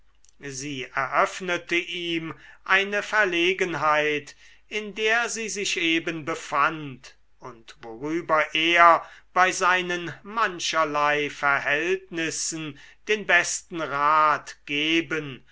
sie eröffnete ihm eine verlegenheit in der sie sich eben befand und worüber er bei seinen mancherlei verhältnissen den besten rat geben